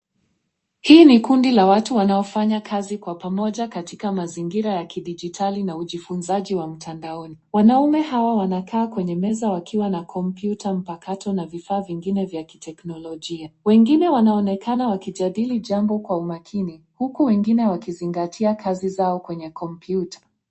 Hii ni kundi la watu wanaofanya kazi kwa pamoja katika mazingira ya kidijitali na ujifunzaji wa mtandaoni. Wanaume hawa wanakaa kwenye meza wakiwa na kompyuta mpakato na vifaa vingine vya kiteknolojia. Wengine wanaonekana wakijadili jambo kwa umakini huku wengine wao wakizingatia kazi zao kwenye kompyuta.